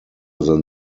than